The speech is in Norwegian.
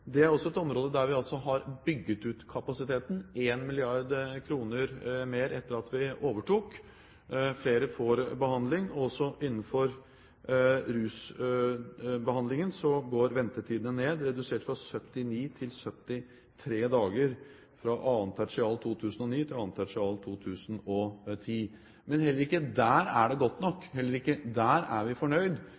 Det er også et område der vi altså har bygget ut kapasiteten – 1 mrd. kr mer etter at vi overtok. Flere får behandling, og også innenfor rusbehandlingen går ventetidene ned, de er redusert fra 79 til 73 dager fra annet tertial 2009 til annet tertial 2010. Men heller ikke der er det godt nok. Heller ikke der er vi fornøyd,